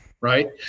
right